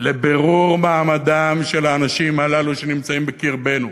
לבירור מעמדם של האנשים הללו שנמצאים בקרבנו,